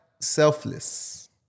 Selfless